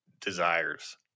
desires